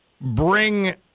bring